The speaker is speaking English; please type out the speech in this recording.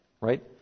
Right